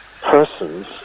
persons